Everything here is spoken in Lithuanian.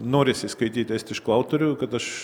norisi skaityti estiškų autorių kad aš